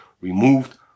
removed